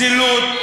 זילות.